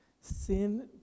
Sin